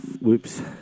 whoops